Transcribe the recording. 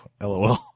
lol